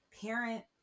parent